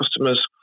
customers